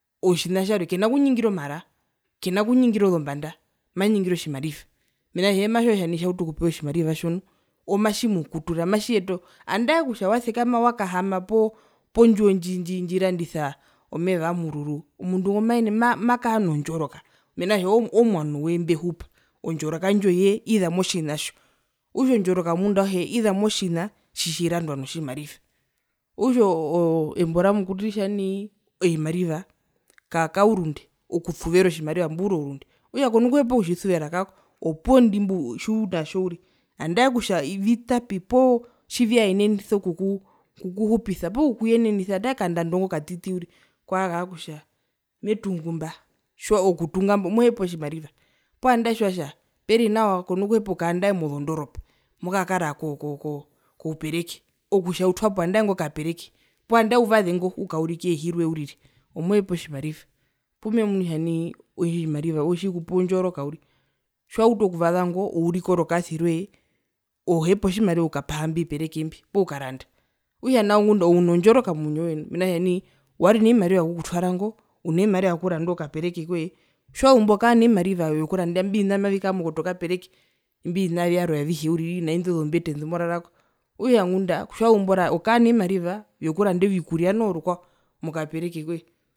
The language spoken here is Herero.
Otjina tjarwe kena kunyingira omarakena kunyingira ozombanda manyingire otjimariva mena rokutja eye matjiwa kutja nai tjautu okupewa otjimariva tjo nu matjimukutuka matjiyeta oo andae kutja wasekama wakahaama po po ndjiwo ndji ndjirandisa omeva wamururu omundu ngo maene makara nondjoroka mena rokutja omwanowe mbwehupa ondjoroka indjoye iza motjina tjo okutja ondjoroka yomundu auhe iza motjina tjitjirandwa notjimariva okutja oo o embo ramukuru ritja nai ovimariva kaurunde okusuvera otjimariva omburi ourunde okutja kona kuhepa okutjisuvera kako opuwo indi tjiunatjo uriri andae kutja vitapi poo tjivyaenenisa okukukuhupisa poo okukuyenenisa nandae okandando ingo katiti uriri kuwahaa kutja metungu mba okutunga mbo mohepa otjimariva poo andae tjiwatja peri nawa konokuhepa nandae mozondoropa mokakara ko ko ko koupereke okutja utwapo nangae ingo kapereke poo andae uvaze ukaurike indehi roye uriri ove mohepa otjimariva pumemuu kutja nai otjimariva otjo tjikupa ondjoroka uriri tjiwautu okuvaza ngo ourike orokaasi roye ohepa otjimariva okukapaha imbi ovipereke mbi poo kukaranda okutja nao ove uno ndjoroka momwinyo uno vimariva vyokuranda okapereke kwee tjiwazumbo okaa novimariva vyokuranda imbi ovina mbimavikara mokapereke imbio vina vyarwe avihe uriri naindo zombete kumorarakookutja ngunda tjiwazumbo okaa novimariva vyokuranda kuranda ovikurya noho rukwao mokapereke kwee.